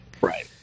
Right